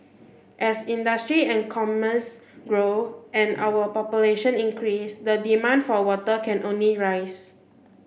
as industry and commerce grow and our population increases the demand for water can only rise